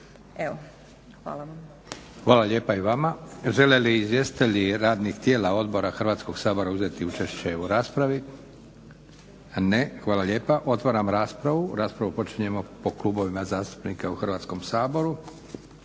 Evo, hvala vam.